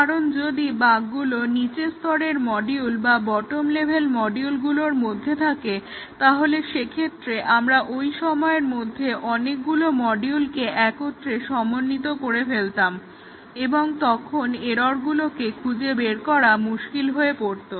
কারণ যদি বাগগুলো নিচের স্তরের মডিউল বা বটম লেভেল মডিউলগুলোর মধ্যে থাকে তাহলে সেক্ষেত্রে আমরা ঐ সময়ের মধ্যে অনেকগুলো মডিউলকে একত্রে সমন্বিত করে ফেলতাম এবং তখন এররগুলোকে খুঁজে বের করা মুশকিল হয়ে পড়তো